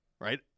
right